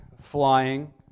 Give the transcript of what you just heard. flying